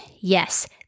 Yes